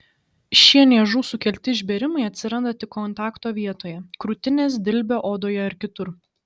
šie niežų sukelti išbėrimai atsiranda tik kontakto vietoje krūtinės dilbio odoje ar kitur